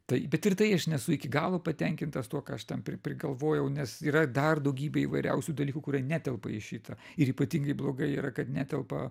tai bet ir tai aš nesu iki galo patenkintas tuo ką aš ten prigalvojau nes yra dar daugybė įvairiausių dalykų kurie netelpa į šitą ir ypatingai blogai yra kad netelpa